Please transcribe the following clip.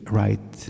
right